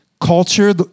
culture